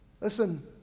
Listen